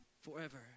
forever